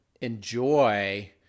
enjoy